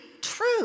true